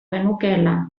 genukeela